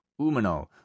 Umano